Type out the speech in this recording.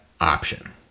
option